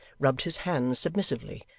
rubbed his hands submissively,